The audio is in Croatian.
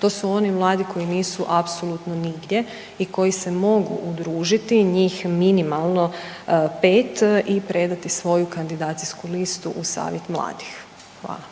to su oni mladi koji nisu apsolutno nigdje i koji se mogu udružiti, njih minimalno 5. i predati svoju kandidacijsku listu u Savjet mladih. Hvala.